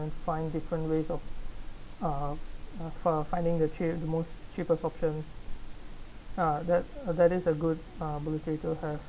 find different ways of uh for finding the cheap of the most cheapest option uh that that is a good uh ability to have